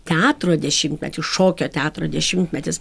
teatro dešimtmetis šokio teatro dešimtmetis